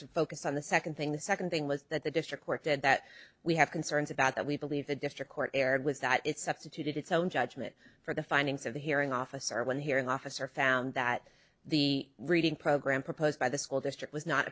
said focus on the second thing the second thing was that the district court and that we have concerns about that we believe the district court erred was that it substituted its own judgment for the findings of the hearing officer one hearing officer found that the reading program proposed by the school district was not